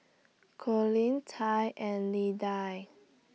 Colin Tai and Lidia